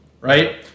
right